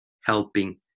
helping